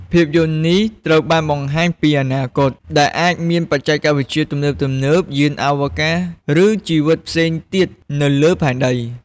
ភាពយន្តនេះត្រូវបានបង្ហាញពីអនាគត ដែលអាចមានបច្ចេកវិទ្យាទំនើបៗ យានអវកាស ឬជីវិតផ្សេងទៀតនៅលើផែនដី ។